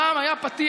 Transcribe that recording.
פעם היה פתיח